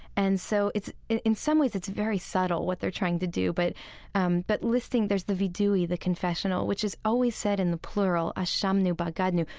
and so it's, in some ways, it's very subtle, what they're trying to do. but um but listing, there's the viddui, the confessional, which is always said in the plural ashamnu, bagadnu,